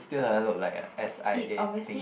still doesn't look like a s_i_a thing